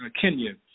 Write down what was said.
Kenya